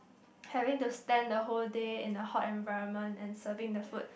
having to stand the whole day in a hot environment and serving the food